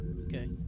Okay